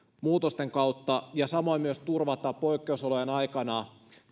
muutosten kautta ja samoin turvata poikkeusolojen aikana